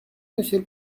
monsieur